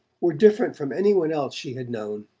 were different from any one else she had known.